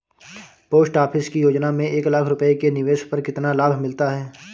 Post office की योजना में एक लाख रूपए के निवेश पर कितना लाभ मिलता है?